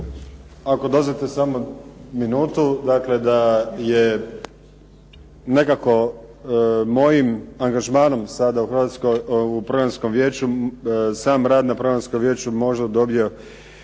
ako dozvolite samo minutu, dakle da je nekako mojim angažmanom u programskom vijeću sam rad na programskom vijeću možda dobio